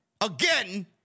again